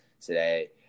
today